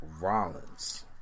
Rollins